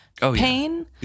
pain